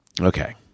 okay